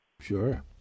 Sure